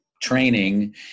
training